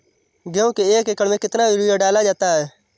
गेहूँ के एक एकड़ में कितना यूरिया डाला जाता है?